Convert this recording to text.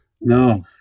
no